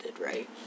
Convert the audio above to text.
right